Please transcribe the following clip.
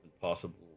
possible